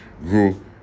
grew